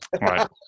right